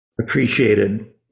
appreciated